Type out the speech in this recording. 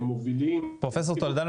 הם מובילים --- פרופ' טולדו,